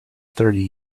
thirty